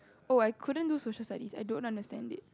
oh I couldn't do Social Studies I don't understand it